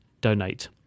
donate